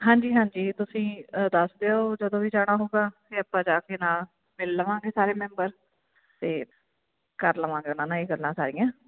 ਹਾਂਜੀ ਹਾਂਜੀ ਤੁਸੀਂ ਦੱਸ ਦਿਓ ਜਦੋਂ ਵੀ ਜਾਣਾ ਹੋਵੇਗਾ ਅਤੇ ਆਪਾਂ ਜਾ ਕੇ ਨਾਲ ਮਿਲ ਲਵਾਂਗੇ ਸਾਰੇ ਮੈਂਬਰ ਅਤੇ ਕਰ ਲਵਾਂਗੇ ਉਹਨਾਂ ਨਾਲ ਇਹ ਗੱਲਾਂ ਸਾਰੀਆਂ